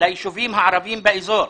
ליישובים הערביים באזור.